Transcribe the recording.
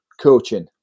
coaching